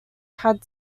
had